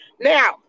Now